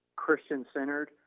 Christian-centered